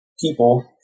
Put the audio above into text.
people